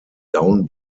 down